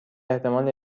احتمال